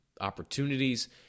opportunities